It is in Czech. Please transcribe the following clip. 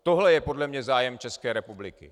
Tohle je podle mě zájem České republiky.